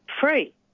free